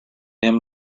him